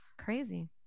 crazy